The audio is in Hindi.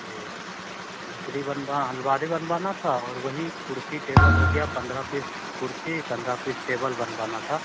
जी लकड़ी बनवा अलमारी बनवाना था और वही कुर्सी टेबल हो गया पंद्रह पीस कुर्सी पंद्रह पीस टेबल बनवाना था